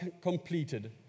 completed